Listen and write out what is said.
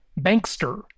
bankster